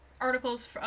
articles